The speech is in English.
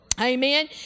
Amen